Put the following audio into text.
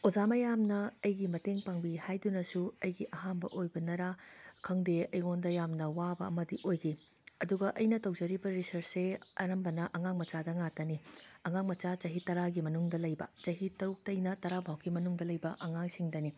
ꯑꯣꯖꯥ ꯃꯌꯥꯝꯅ ꯑꯩꯒꯤ ꯃꯇꯦꯡ ꯄꯥꯡꯕꯤ ꯍꯥꯏꯗꯨꯅꯁꯨ ꯑꯩꯒꯤ ꯑꯍꯥꯝꯕ ꯑꯣꯏꯕꯅꯔꯥ ꯈꯪꯗꯦ ꯑꯩꯉꯣꯟꯗ ꯌꯥꯝꯅ ꯋꯥꯕ ꯑꯃꯗꯤ ꯑꯣꯏꯈꯤ ꯑꯗꯨꯒ ꯑꯩꯅ ꯇꯧꯖꯔꯤꯕ ꯔꯤꯁꯔꯁꯁꯦ ꯑꯅꯝꯕꯅ ꯑꯉꯥꯡ ꯃꯆꯥꯗ ꯉꯥꯛꯇꯅꯤ ꯑꯉꯥꯡ ꯃꯆꯥ ꯆꯍꯤ ꯇꯔꯥꯒꯤ ꯃꯅꯨꯡꯗ ꯂꯩꯕ ꯆꯍꯤ ꯇꯔꯨꯛꯇꯩꯅ ꯇꯔꯥꯐꯥꯎꯒꯤ ꯃꯅꯨꯡꯗ ꯂꯩꯕ ꯑꯉꯥꯡꯁꯤꯡꯗꯅꯤ